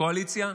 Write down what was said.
קואליציה,